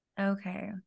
Okay